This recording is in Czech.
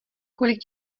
kolik